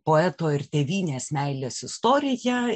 poeto ir tėvynės meilės istorija